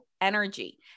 energy